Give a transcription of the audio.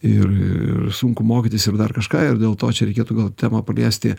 ir ir sunku mokytis ir dar kažką ir dėl to reikėtų gal temą paliesti